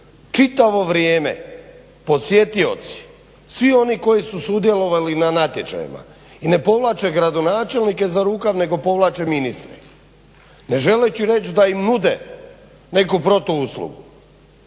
čitavo vrijeme posjetioci svi oni koji su sudjelovali na natječajima i ne povlače gradonačelnike za rukav nego povlače ministre ne želeći reć da im nude neku protuuslugu.